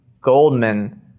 Goldman